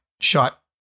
shot